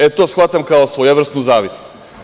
E to shvatam kao svojevrsnu zavist.